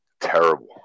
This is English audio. terrible